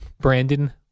Brandon